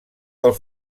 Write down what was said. del